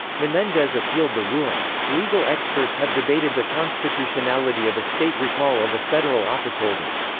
menendez appealed the ruling. legal experts have debated the constitutionality of a state recall of a federal officeholder.